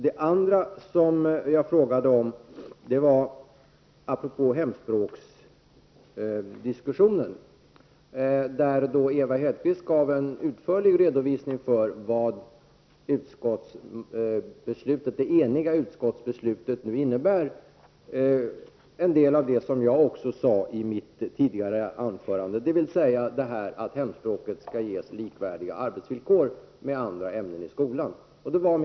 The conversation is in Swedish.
Min andra fråga gällde hemspråksdiskussionen, där Ewa Hedkvist Petersen gav en utförlig redovisning av innebörden av det eniga utskottsbeslut som också jag delvis berörde i mitt tidigare anförande, nämligen att hemspråksundervisningen skall ges likvärdiga arbetsvillkor med undervisningen i andra ämnen i skolan.